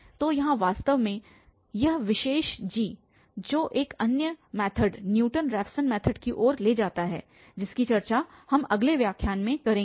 तो यहाँ वास्तव में यह विशेष g जो एक अन्य मैथड न्यूटन रैफसन मैथड की ओर ले जाता है जिसकी चर्चा हम अगले व्याख्यान में करेंगे